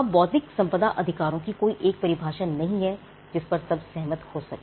अब भौतिक संपदा अधिकारों की कोई एक परिभाषा नहीं है जिस पर सब सहमत हो सकें